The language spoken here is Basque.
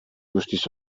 guztiz